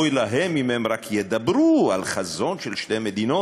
אוי להם אם הם רק ידברו על חזון של שתי מדינות